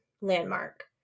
landmark